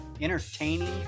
entertaining